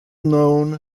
known